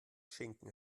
schinken